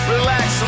Relax